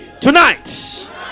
tonight